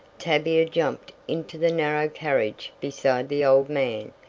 tavia jumped into the narrow carriage beside the old man,